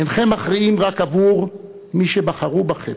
אינכם מכריעים רק עבור מי שבחרו בכם,